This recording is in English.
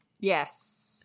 Yes